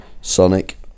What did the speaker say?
Sonic